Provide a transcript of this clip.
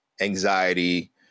anxiety